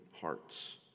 hearts